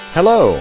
Hello